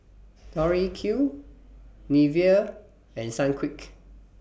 Tori Q Nivea and Sunquick